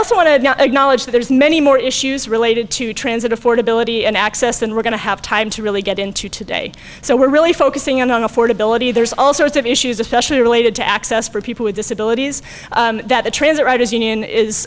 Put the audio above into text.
also want to acknowledge there's many more issues related to transit affordability and access than we're going to have time to really get into today so we're really focusing on affordability there's all sorts of issues especially related to access for people with disabilities that the transit writers union is